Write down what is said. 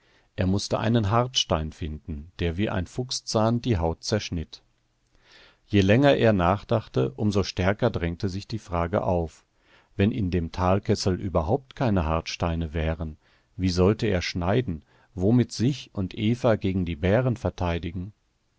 er mußte einen hartstein finden der wie ein fuchszahn die haut zerschnitt je länger er nachdachte um so stärker drängte sich die frage auf wenn in dem talkessel überhaupt keine hartsteine wären wie sollte er schneiden womit sich und eva gegen die bären verteidigen